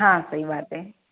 हाँ कोई बात नहीं